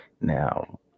Now